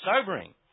sobering